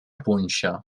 punxa